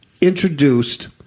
introduced